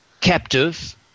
captive